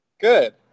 good